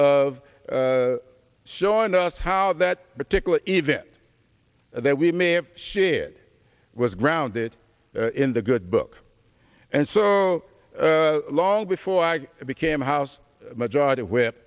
f showing us how that particular event that we may have shared was grounded in the good book and so long before i became house majority whip